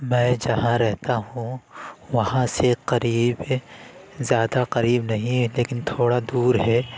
میں جہاں رہتا ہوں وہاں سے قریب زیادہ قریب نہیں ہے لیکن تھوڑا دور ہے